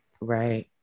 Right